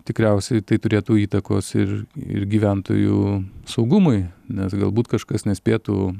tikriausiai tai turėtų įtakos ir ir gyventojų saugumui nes galbūt kažkas nespėtų